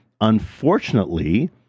unfortunately